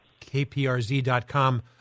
kprz.com